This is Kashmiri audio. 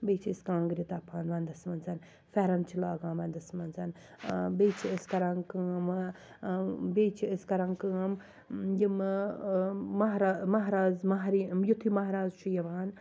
بیٚیہِ چھِ أسۍ کانٛگرِ تَپان وَنٛدَس مَنٛز پھیٚرَن چھِ لاگان وَنٛدَس مَنٛز بیٚیہِ چھِ أسۍ کَران کٲم بیٚیہِ چھِ أسۍ کَران کٲم ییٚمہِ مَہراز مَہراز مَہرِن یِتھُے مَہراز چھُ یِوان